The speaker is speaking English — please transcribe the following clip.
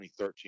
2013